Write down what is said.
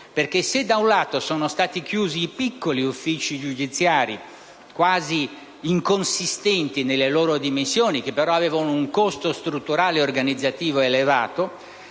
perché se da un lato sono stati chiusi i piccoli uffici giudiziari, quasi inconsistenti nelle loro dimensioni, che però avevano un costo strutturale e organizzativo elevato,